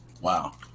wow